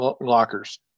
lockers